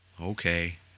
Okay